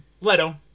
Leto